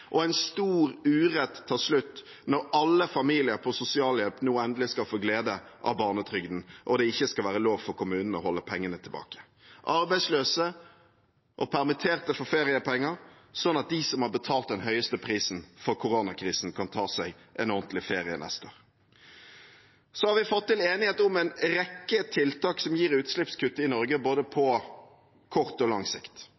og en stor urett tar slutt når alle familier på sosialhjelp nå endelig skal få glede av barnetrygden og det ikke skal være lov for kommunene å holde pengene tilbake. Arbeidsløse og permitterte får feriepenger, slik at de som har betalt den høyeste prisen for koronakrisen, kan ta seg en ordentlig ferie neste år. Så har vi fått en enighet om en rekke tiltak som gir utslippskutt i Norge på både kort og lang sikt.